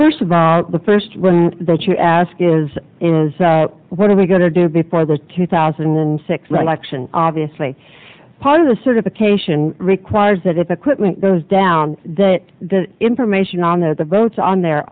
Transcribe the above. first of all the first one that you ask is is what are we going to do before the two thousand and six election obviously part of the certification requires that if equipment goes down that the information on there the votes on there